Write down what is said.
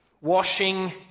Washing